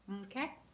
Okay